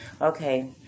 Okay